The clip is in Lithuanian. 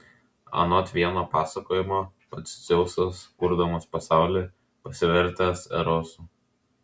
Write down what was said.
anot vieno pasakojimo pats dzeusas kurdamas pasaulį pasivertęs erosu